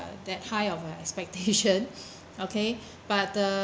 that high of a expectation okay but uh